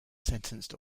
sentenced